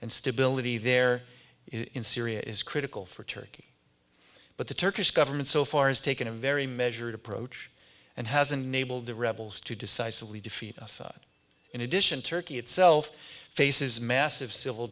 and stability there in syria is critical for turkey but the turkish government so far has taken a very measured approach and has enabled the rebels to decisively defeat assad in addition turkey itself faces massive civil